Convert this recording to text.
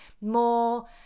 more